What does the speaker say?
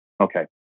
Okay